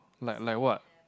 like like what